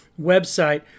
website